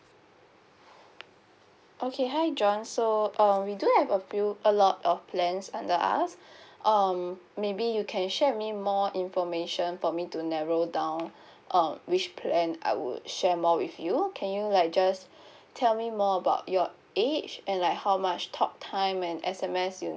okay hi john so uh we do have a few a lot of plans under us um maybe you can share with me more information for me to narrow down um which plan I would share more with you can you like just tell me more about your age and like how much talk time and S_M_S you